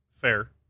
Fair